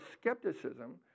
skepticism